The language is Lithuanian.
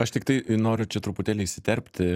aš tiktai noriu čia truputėlį įsiterpti